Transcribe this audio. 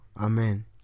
Amen